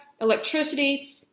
electricity